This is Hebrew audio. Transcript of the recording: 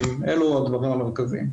אילו הדברים המרכזיים.